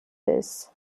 this